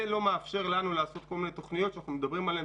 זה לא מאפשר לנו לעשות כל מיני תוכניות שאנחנו מדברים עליהן.